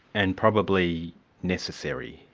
and probably necessary,